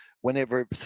Whenever